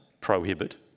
prohibit